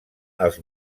els